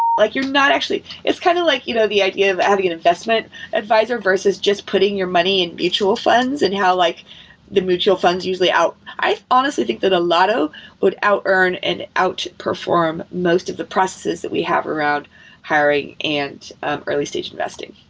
like you're not actually it's kind of like you know the idea of having an investment advisor, versus just putting your money in mutual funds and how like the mutual funds usually out i honestly think that a lot of would out-earn and outperform most of the processes that we have around hiring and early stage investing